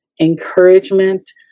encouragement